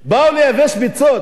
באו לייבש ביצות,